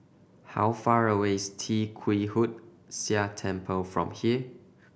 how far away is Tee Kwee Hood Sia Temple from here